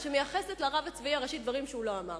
שמייחסת לרב הצבאי הראשי דברים שהוא לא אמר.